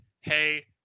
Hey